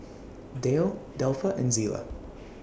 Dayle Delpha and Zela